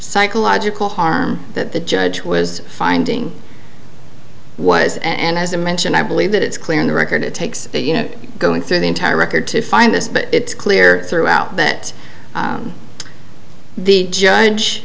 psychological harm that the judge was finding was and as a mentioned i believe that it's clear in the record it takes you know going through the entire record to find this but it's clear throughout that the judge